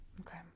Okay